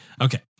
okay